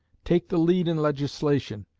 take the lead in legislation.